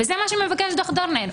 וזה מה שמבקש דוח דורנר.